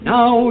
Now